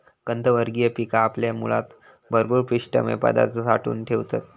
कंदवर्गीय पिका आपल्या मुळात भरपूर पिष्टमय पदार्थ साठवून ठेवतत